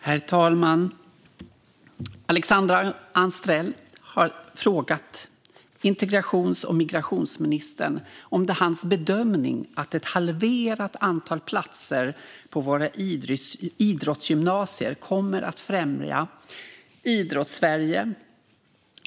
Herr talman! Alexandra Anstrell har frågat integrations och migrationsministern om det är hans bedömning att ett halverat antal platser på våra idrottsgymnasier kommer att främja Idrottssverige.